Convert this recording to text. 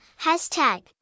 hashtag